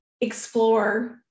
explore